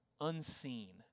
unseen